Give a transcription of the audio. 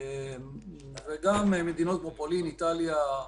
גם מדינות כמו פולין ואיטליה.